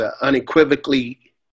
unequivocally